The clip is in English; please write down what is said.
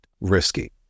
risky